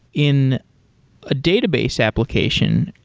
in a database application,